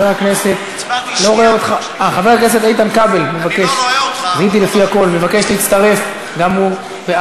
דברי ברכה, השר להגנת הסביבה.